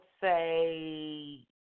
say